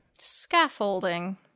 Scaffolding